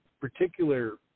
particular